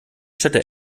städte